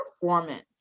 performance